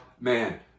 man